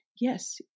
Yes